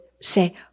say